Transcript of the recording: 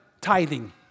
Tithing